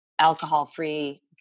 alcohol-free